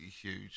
huge